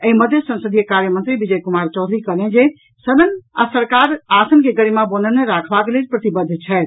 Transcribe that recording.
एहि मध्य संसदीय कार्य मंत्री विजय कुमार चौधरी कहलनि जे सरकार आ सदन आसन के गरिमा बनौने रखबाक लेल प्रतिबद्ध छथि